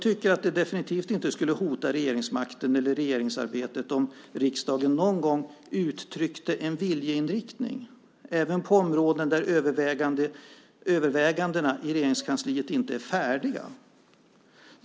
Det skulle definitivt inte hota regeringsmakten eller regeringsarbetet om riksdagen någon gång uttryckte en viljeinriktning även på områden där övervägandena i Regeringskansliet inte är färdiga.